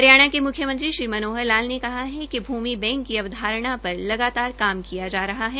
हरियाणा के मुख्यमंत्री श्री मनोहर लाल ने कहा है कि भूमि बैंक की अवधारणा पर लगातार काम किया जा रहा है